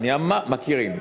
מכירים.